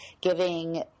giving